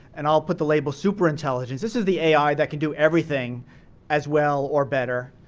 and i'll put the label super intelligence. this is the ai that can do everything as well or better,